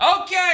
okay